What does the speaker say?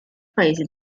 paesi